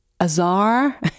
azar